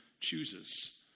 chooses